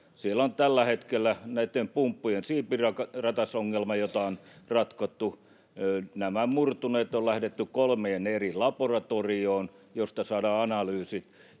Siellä on tällä hetkellä pumppujen siipiratasongelma, jota on ratkottu — nämä murtuneet on lähetetty kolmeen eri laboratorioon, joista saadaan analyysit.